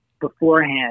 beforehand